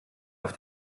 auf